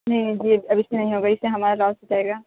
نہیں جی اب اِس میں نہیں ہوگا اِس سے ہمارا لاس ہو جائے گا